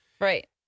Right